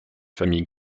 famille